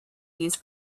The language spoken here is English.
used